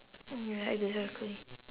oh that's exactly